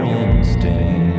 instinct